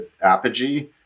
Apogee